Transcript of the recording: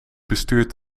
bestuurt